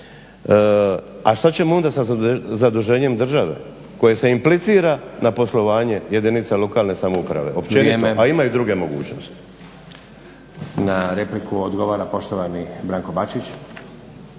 A što ćemo onda sa zaduženjem države koje se implicira na poslovanje jedinica lokalne samouprave općenito, a ima i druge mogućnosti.